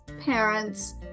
parents